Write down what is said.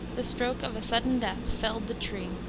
the stroke of a sudden death felled the tree,